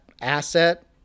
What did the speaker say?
asset